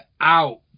out